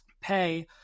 pay